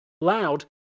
loud